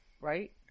right